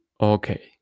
Okay